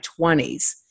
20s